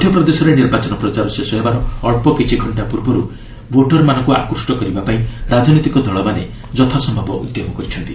ମଧ୍ୟପ୍ରଦେଶରେ ନିର୍ବାଚନ ପ୍ରଚାର ଶେଷ ହେବାର ଅଳ୍ପ କିଛି ଘଣ୍ଟା ପୂର୍ବରୁ ଭୋଟର୍ମାନଙ୍କୁ ଆକୃଷ୍ଟ କରିବାପାଇଁ ରାଜନୈତିକ ଦଳମାନେ ଯଥାସମ୍ଭବ ଉଦ୍ୟମ କରିଛନ୍ତି